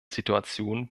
situation